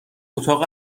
اتاق